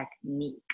technique